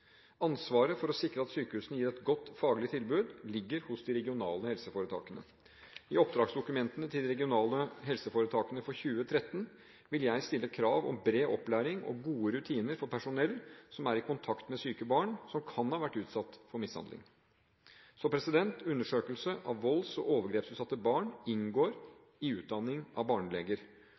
Ansvaret for å sikre at sykehusene gir et godt faglig tilbud ligger hos de regionale helseforetakene. I oppdragsdokumentene til de regionale helseforetakene for 2013 vil jeg stille krav om bred opplæring og gode rutiner for personell som er i kontakt med syke barn som kan ha vært utsatt for mishandling. Undersøkelse av volds- og overgrepsutsatte barn inngår i utdanningen av barneleger.